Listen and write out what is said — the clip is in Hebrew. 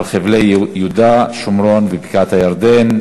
אין מתנגדים, אין